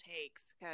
takes